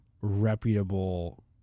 reputable